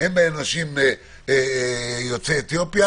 אין בהם אנשים יוצאי אתיופיה